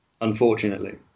unfortunately